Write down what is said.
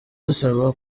dusaba